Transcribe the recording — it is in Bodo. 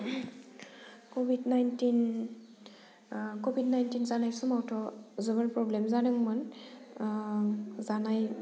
कभिड नाइन्टिन कभिड नाइन्टिन जानाय समावथ' जोबोर प्रब्लेम जादोंमोन जानाय